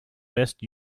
best